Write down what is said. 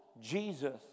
Jesus